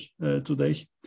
today